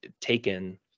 taken